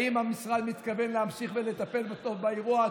האם המשרד מתכוון להמשיך ולטפל טוב באירוע?